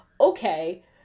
okay